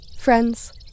Friends